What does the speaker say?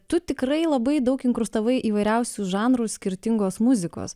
tu tikrai labai daug inkrustavai įvairiausių žanrų skirtingos muzikos